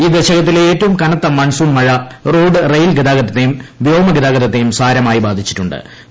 ഈ ദശകത്തിലെ ഏറ്റവും കനത്ത മൺസൂൺ മഴ റോഡ് റെയിൽ ഗതാഗത്തെയും വ്യോമഗത്ത്തെയും സാരമായി ബാധിച്ചിട്ടു ്